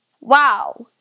Wow